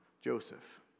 Joseph